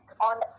on